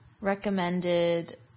recommended